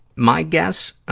my guess, ah,